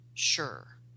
sure